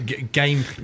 Game